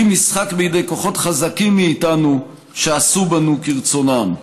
כלי משחק בידי כוחות חזקים מאיתנו שעשו בנו כרצונם.